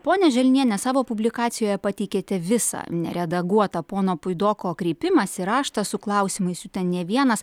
ponia želniene savo publikacijoje pateikėte visą neredaguotą pono puidoko kreipimąsi raštą su klausimais jų ten ne vienas